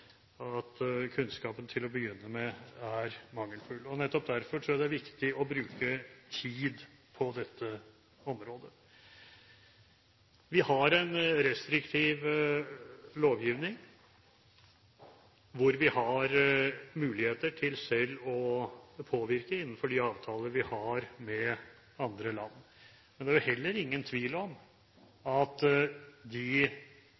kunnskapen til å begynne med er mangelfull. Nettopp derfor tror jeg det er viktig å bruke tid på dette området. Vi har en restriktiv lovgivning, hvor vi har muligheter til selv å påvirke innenfor de avtaler vi har med andre land. Men det er heller ingen tvil om